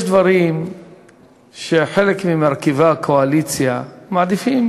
יש דברים שחלק ממרכיבי הקואליציה מעדיפים